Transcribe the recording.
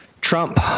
Trump